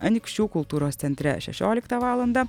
anykščių kultūros centre šešioliktą valandą